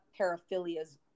paraphilias